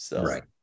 Right